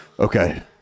Okay